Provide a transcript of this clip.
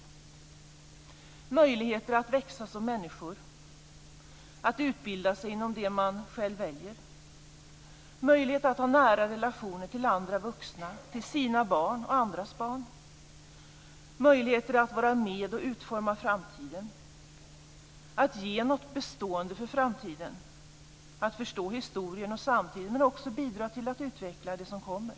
De ska ha möjligheter att växa som människor, att utbilda sig inom det som de själva väljer, att ha nära relationer till andra vuxna, till sina barn och andras barn, att vara med och utforma framtiden, att ge något bestående för framtiden, att förstå historien och samtiden men också att bidra till att utveckla det som kommer.